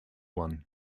one